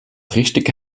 richtige